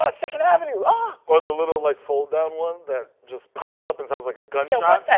ah second avenue, ah. or the little like fold-down one that just pops up and sounds like a gunshot?